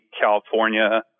California